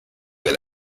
that